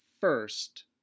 first